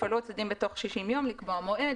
שיפעלו הצדדים בתוך 60 ימים לקבוע מועד,